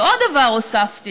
ועוד דבר הוספתי,